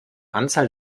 anzahl